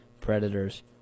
predators